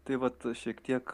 tai vat šiek tiek